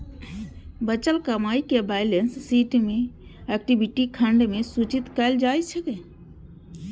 बचल कमाइ कें बैलेंस शीट मे इक्विटी खंड मे सूचित कैल जाइ छै